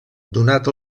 donat